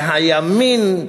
והימין,